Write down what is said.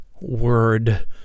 word